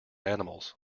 animals